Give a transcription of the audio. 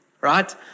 right